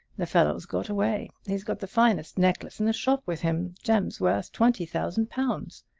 the fellow's got away! he's got the finest necklace in the shop with him, gems worth twenty thousand pounds.